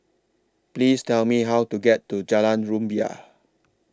Please Tell Me How to get to Jalan Rumbia